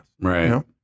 Right